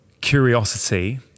curiosity